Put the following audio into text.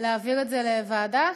להעביר את זה לוועדה?